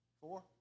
Four